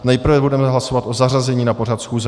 Nejprve budeme hlasovat o zařazení na pořad schůze.